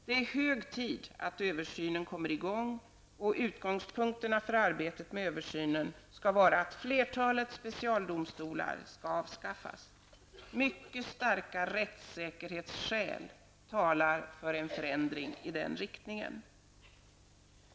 Det är hög tid att översynen kommer i gång, och utgångspunkterna för arbetet med översynen skall vara att flertalet specialdomsdommar skall avskaffas. Mycket starka rättssäkerhetsskäl talar för en förändring i den riktningen.